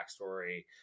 backstory